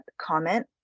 comment